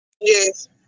yes